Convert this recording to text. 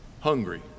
Hungry